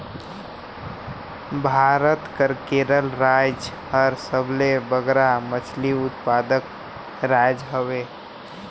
भारत कर केरल राएज हर सबले बगरा मछरी उत्पादक राएज हवे